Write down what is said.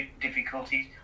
difficulties